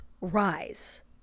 rise